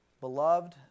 Beloved